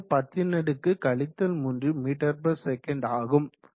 3 × 10 3msec ஆகும்